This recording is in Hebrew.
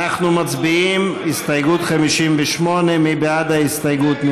אנחנו מצביעים, הסתייגות 58. מי בעד ההסתייגות?